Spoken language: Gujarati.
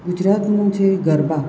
ગુજરાતનું છે ગરબા